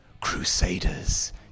Crusaders